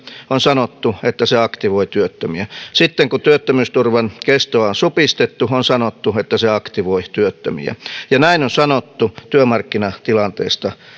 on sanottu että se aktivoi työttömiä ja sitten kun työttömyysturvan kestoa on supistettu on sanottu että se aktivoi työttömiä ja näin on sanottu työmarkkinatilanteesta